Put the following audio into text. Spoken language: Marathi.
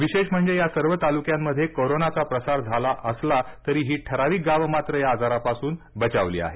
विशेष म्हणजे या सर्व तालुक्यांमध्ये कोरोनाचा प्रसार झाला असला तरी ही ठराविक गावं मात्र या आजारापासून बचावली आहेत